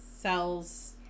sells